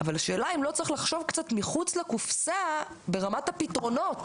אבל השאלה אם לא צריך לחשוב קצת מחוץ לקופסא ברמת הפתרונות.